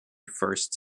first